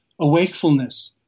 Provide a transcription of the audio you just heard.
Awakefulness